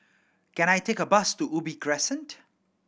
can I take a bus to Ubi Crescent